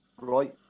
right